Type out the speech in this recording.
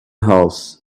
house